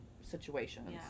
situations